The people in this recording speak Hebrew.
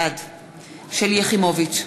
בעד שלי יחימוביץ,